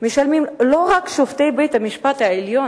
משלמים לא רק שופטי בית-המשפט העליון,